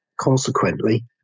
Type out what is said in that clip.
consequently